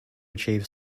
achieve